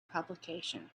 publication